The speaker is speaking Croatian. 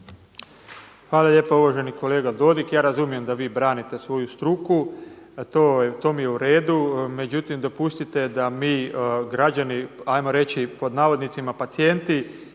Hvala lijepa. Uvaženi kolega Dodig, ja razumijem da vi branite svoju struku to mi je u redu. Međutim, dopustite da mi građani 'ajmo reći pod navodnicima „pacijenti“,